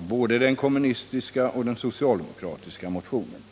både den kommunistiska och den socialdemokratiska motionen.